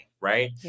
right